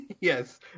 Yes